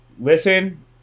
listen